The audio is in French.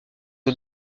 aux